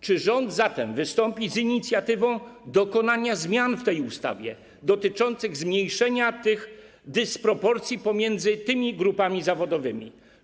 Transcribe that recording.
Czy rząd zatem wystąpi z inicjatywą dokonania w tej ustawie zmian dotyczących zmniejszenia dysproporcji pomiędzy tymi grupami zawodowymi?